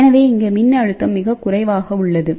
எனவே இங்கே மின்னழுத்தம் மிக குறைவாக உள்ளது